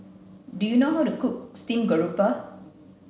Do you know how to cook steamed grouper